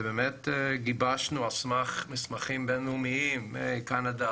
ובאמת גיבשנו על סמך מסמכים בין-לאומיים מקנדה,